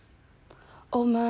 oh my